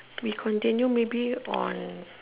we continue maybe on